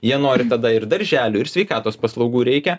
jie nori tada ir darželių ir sveikatos paslaugų reikia